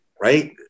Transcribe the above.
right